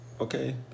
okay